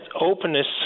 openness